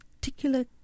particular